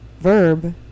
verb